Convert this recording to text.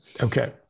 Okay